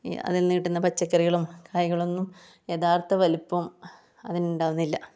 അതിൽ നിന്ന് കിട്ടുന്ന പച്ചക്കറികളും കായ്കൾ ഒന്നും യഥാർത്ഥ വലിപ്പം അതിന് ഉണ്ടാകുന്നില്ല